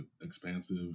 expansive